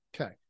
Okay